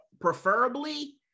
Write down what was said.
preferably